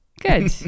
good